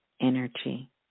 energy